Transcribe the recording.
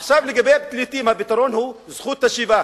עכשיו, לגבי הפליטים, הפתרון הוא זכות השיבה.